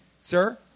Sir